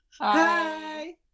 hi